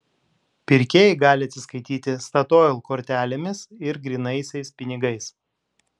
pirkėjai gali atsiskaityti statoil kortelėmis ir grynaisiais pinigais